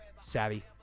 Savvy